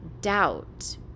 doubt